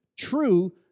true